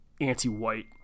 anti-white